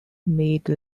made